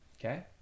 Okay